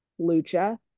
lucha